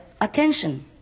attention